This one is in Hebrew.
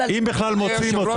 אם בכלל מוצאים אותם.